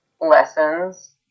lessons